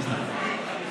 תשלחי,